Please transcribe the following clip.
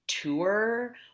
tour